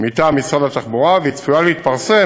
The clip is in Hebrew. מטעם משרד התחבורה, והיא צפויה להתפרסם